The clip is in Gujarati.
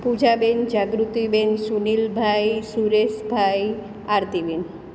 પૂજાબેન જાગૃતિબેન સુનિલભાઈ સુરેશભાઈ આરતીબેન